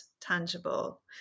tangible